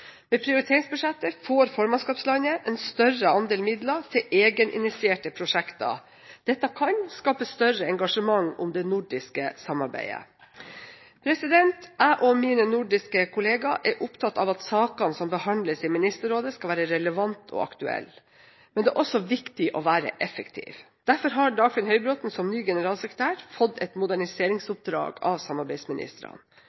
Med prioriteringsbudsjettet får formannskapslandet en større andel midler til egeninitierte prosjekter. Dette kan skape større engasjement om det nordiske samarbeidet. Jeg og mine nordiske kolleger er opptatt av at sakene som behandles i Ministerrådet, skal være relevante og aktuelle, men det er også viktig å være effektiv. Derfor har Dagfinn Høybråten som ny generalsekretær fått et